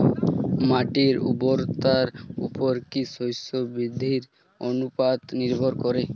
মাটির উর্বরতার উপর কী শস্য বৃদ্ধির অনুপাত নির্ভর করে?